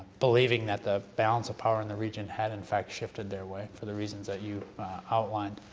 believing that the balance of power in the region had in fact shifted their way for the reasons that you outlined.